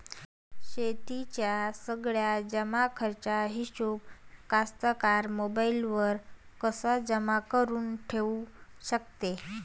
शेतीच्या सगळ्या जमाखर्चाचा हिशोब कास्तकार मोबाईलवर कसा जमा करुन ठेऊ शकते?